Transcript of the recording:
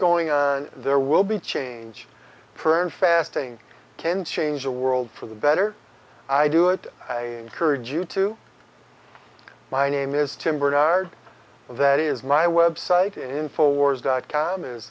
going on and there will be change for and fasting can change the world for the better i do it i encourage you to my name is tim bernard that is my website in four wars dot com is